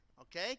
Okay